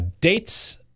dates